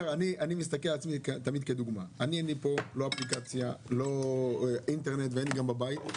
ואפליקציה, אין לי אינטרנט בבית.